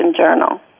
journal